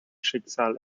schicksal